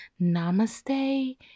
namaste